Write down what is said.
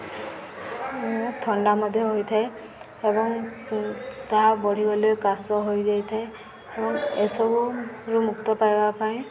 ଓ ଥଣ୍ଡା ମଧ୍ୟ ହୋଇଥାଏ ଏବଂ ତାହା ବଢ଼ିଗଲେ କାଶ ହୋଇଯାଇଥାଏ ଏବଂ ଏସବୁରୁ ମୁକ୍ତ ପାଇବା ପାଇଁ